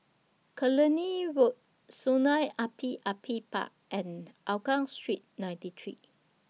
Killiney Road Sungei Api Api Park and Hougang Street ninety three